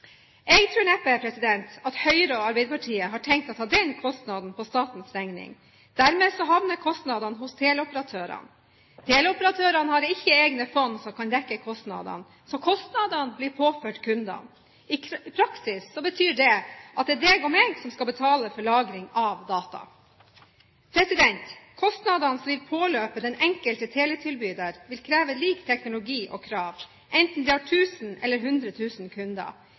Jeg tror neppe at Høyre og Arbeiderpartiet har tenkt å ta den kostnaden på statens regning. Dermed havner kostnadene hos teleoperatørene. Teleoperatørene har ikke egne fond som kan dekke kostnadene, så kostnadene blir påført kundene. I praksis betyr det at det er du og jeg som skal betale for lagring av data. Kostnadene som vil påløpe den enkelte teletilbyder, vil kreve lik teknologi og krav, enten de har 1 000 eller 100 000 kunder.